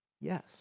Yes